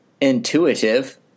Intuitive